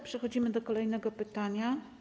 Przechodzimy do kolejnego pytania.